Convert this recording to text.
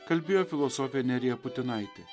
kalbėjo filosofė nerija putinaitė